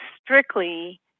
strictly